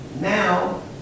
Now